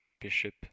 Bishop